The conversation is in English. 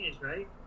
right